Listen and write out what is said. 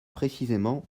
précisément